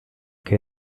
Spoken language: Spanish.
que